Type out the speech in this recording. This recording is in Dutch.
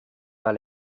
wel